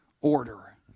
order